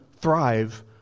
thrive